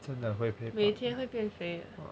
每天会变肥